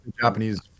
japanese